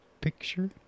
picture